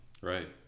Right